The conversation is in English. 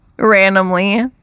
randomly